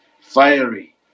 fiery